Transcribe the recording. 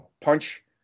punch